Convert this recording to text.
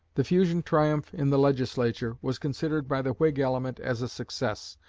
the fusion triumph in the legislature was considered by the whig element as a success,